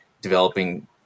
developing